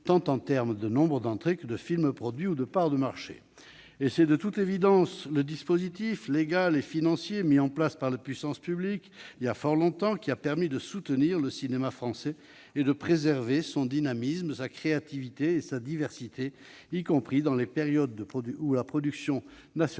soit en termes de nombre d'entrées, de films produits ou de parts de marché. C'est, de toute évidence, le dispositif légal et financier mis en place par la puissance publique voilà fort longtemps qui a permis de soutenir le cinéma français et de préserver son dynamisme, sa créativité et sa diversité, y compris dans les périodes où la production nationale